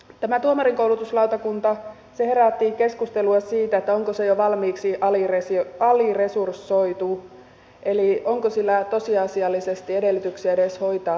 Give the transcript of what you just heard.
tämä tuomarinkoulutuslautakunta herätti keskustelua siitä onko se jo valmiiksi aliresursoitu eli onko sillä tosiasiallisesti edellytyksiä edes hoitaa tehtäviään